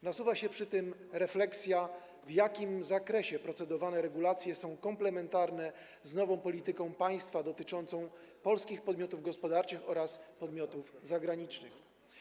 Nasuwa się przy tym refleksja, w jakim zakresie procedowane regulacje są komplementarne z nową polityką państwa dotyczącą polskich podmiotów gospodarczych oraz podmiotów zagranicznych.